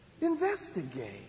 Investigate